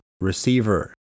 receiver